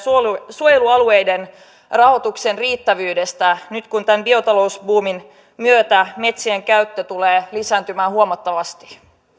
suojelualueiden rahoituksen riittävyydestä nyt kun tämän biotalousbuumin myötä metsien käyttö tulee lisääntymään huomattavasti